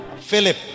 Philip